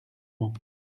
mans